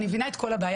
אני מבינה את כל הבעיה,